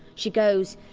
she goes